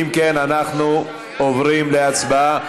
אם כן, אנחנו עוברים להצבעה.